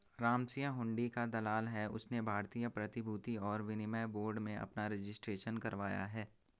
रामसिंह हुंडी का दलाल है उसने भारतीय प्रतिभूति और विनिमय बोर्ड में अपना रजिस्ट्रेशन करवाया है